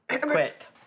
Quit